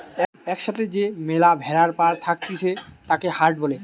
এক সাথে যে ম্যালা ভেড়ার পাল থাকতিছে তাকে হার্ড বলে